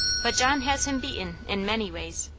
but john has him beaten in many ways.